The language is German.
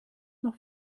nach